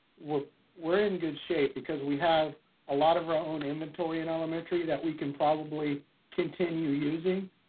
we're we're in good shape because we have a lot of our own inventory in elementary that we can probably continue using